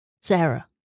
Sarah